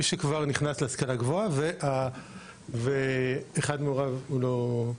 שכבר נכנס להשכלה גבוהה ואחד מהוריו לא.